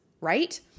right